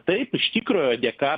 taip iš tikro dėka